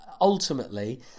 ultimately